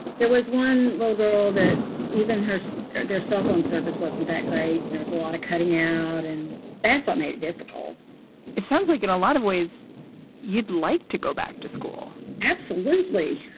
there was one little girl that even her so their cell phone service wasn't that great. there was a lot of cutting out. and that's what made it difficult it sounds like in a lot of ways you'd like to go back to school absolutely.